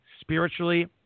spiritually